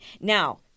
Now